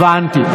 הבנתי.